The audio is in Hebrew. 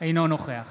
אינו נוכח